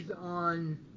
on